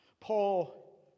Paul